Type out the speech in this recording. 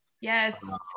Yes